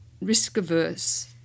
risk-averse